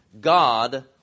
god